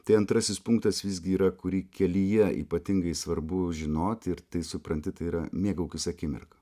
tai antrasis punktas visgi yra kurį kelyje ypatingai svarbu žinoti ir tai supranti tai yra mėgaukis akimirka